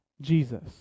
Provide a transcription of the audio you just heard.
Jesus